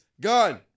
gun